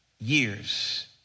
Years